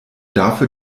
dafür